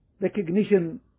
recognition